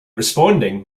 responding